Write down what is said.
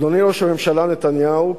אדוני ראש הממשלה נתניהו,